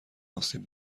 آسیب